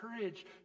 courage